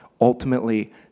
ultimately